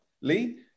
Lee